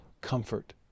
comfort